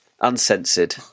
uncensored